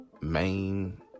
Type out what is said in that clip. main